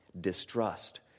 Distrust